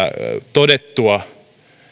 todettua